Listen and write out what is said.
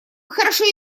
хорошо